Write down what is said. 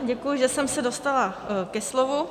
Děkuji, že jsem se dostala ke slovu.